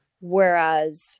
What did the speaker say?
Whereas